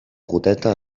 goteta